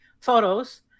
photos